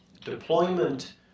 deployment